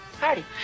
Party